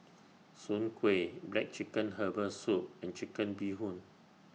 Soon Kway Black Chicken Herbal Soup and Chicken Bee Hoon